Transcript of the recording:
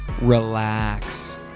relax